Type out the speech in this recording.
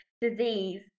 disease